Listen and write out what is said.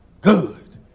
good